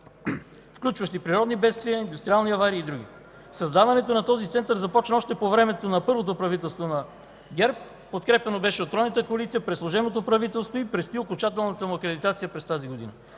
включващи природни бедствия, индустриални аварии и други. Създаването на този център започна още по времето на първото правителство на ГЕРБ, подкрепяно беше от тройната коалиция, при служебното правителство и предстои окончателната му акредитация през тази година.